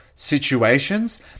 situations